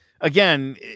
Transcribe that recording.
again